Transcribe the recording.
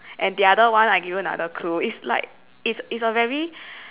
and the other one I give you another clue it's like like it's a very